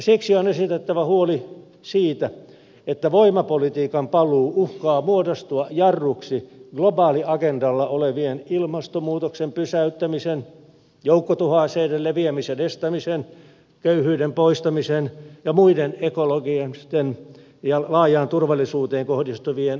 siksi on esitettävä huoli siitä että voimapolitiikan paluu uhkaa muodostua jarruksi globaaliagendalla olevien ilmastonmuutoksen pysäyttämisen joukkotuhoaseiden leviämisen estämisen köyhyyden poistamisen ja muiden ekologisten ja laajaan turvallisuuteen kohdistuvien haasteiden ratkaisemisessa